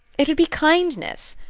it would be kindness.